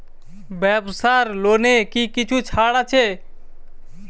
ব্যাবসার লোনে কি কিছু ছাড় আছে?